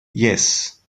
yes